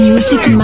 Music